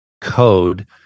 code